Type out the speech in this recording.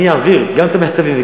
אני אעביר גם את המחצבים,